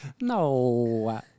no